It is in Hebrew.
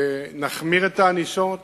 ונחמיר את הענישות,